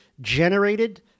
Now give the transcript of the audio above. generated